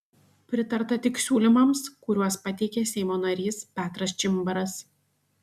pritarta tik siūlymams kuriuos pateikė seimo narys petras čimbaras